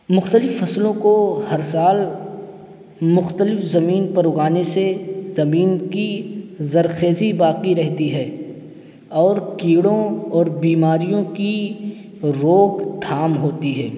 مختلف فصلوں کو ہر سال مختلف زمین پر اگانے سے زمین کی زرخیزی باقی رہتی ہے اور کیڑوں اور بیماریوں کی روک تھام ہوتی ہے